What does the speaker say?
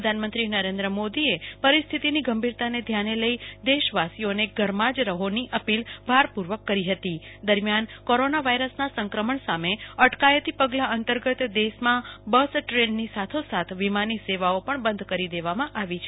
પ્રધાનમંત્રી નરેન્દ્ર મોદીએ પરિસ્થિતની ગંભીરાને ધ્યાને લઈ દેશવાસીઓને ઘર મા જ રહોની અપીલ ભારપુ ર્વક કરી હતી દરમ્યાન કોરોના વાયરસના સંક્રમણ સામે અટકાયતી પગલા અંતર્ગત દેશમાં બસ દ્રેનની સાથે સાથ વિમાની સેવાઓ પણ બંધ કરી દેવામાં આવી છે